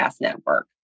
network